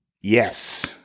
Yes